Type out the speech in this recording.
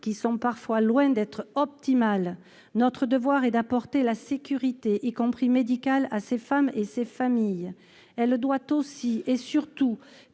médicales parfois loin d'être optimales. Notre devoir est d'apporter la sécurité, y compris médicale, à ces femmes et à ces familles. Il s'agit aussi et surtout